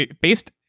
based